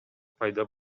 пайда